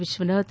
Vishwanath